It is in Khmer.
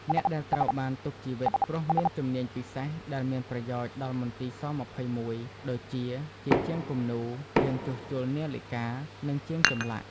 អ្នកដែលត្រូវបានទុកជីវិត ព្រោះមានជំនាញពិសេសដែលមានប្រយោជន៍ ដល់មន្ទីរ ស-២១ ដូចជា ជាជាងគំនូរ ជាងជួសជុលនាឡិកា និងជាងចម្លាក់ ។